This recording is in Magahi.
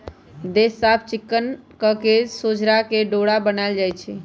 केश साफ़ चिक्कन कके सोझरा के डोरा बनाएल जाइ छइ